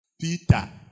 Peter